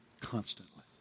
constantly